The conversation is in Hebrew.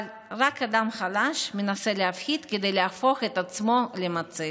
אבל רק אדם חלש מנסה להפחיד כדי להפוך את עצמו למציל.